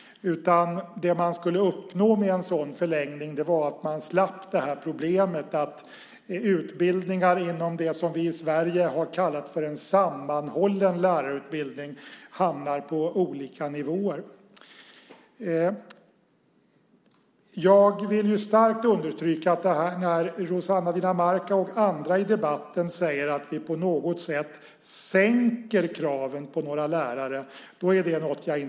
Det man skulle uppnå med en sådan förlängning är att man skulle slippa problemet med att utbildningar inom det som vi i Sverige har kallat en sammanhållen lärarutbildning hamnar på olika nivåer. Jag vill starkt understryka att jag inte alls känner igen mig när Rossana Dinamarca och andra i debatten säger att vi på något sätt sänker kraven på våra lärare.